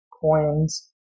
coins